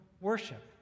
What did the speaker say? worship